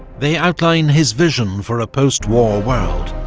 they outline his vision for a post-war world,